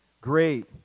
great